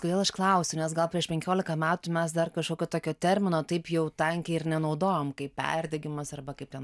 kodėl aš klausiu nes gal prieš penkiolika metų mes dar kažkokio tokio termino taip jau tankiai ir nenaudojom kaip perdegimas arba kaip ten